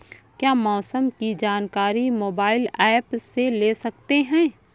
क्या मौसम की जानकारी मोबाइल ऐप से ले सकते हैं?